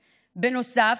בנוסף,